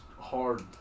hard